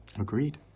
Agreed